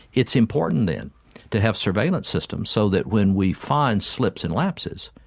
it's important then to have surveillance systems so that when we find slips and lapses,